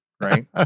Right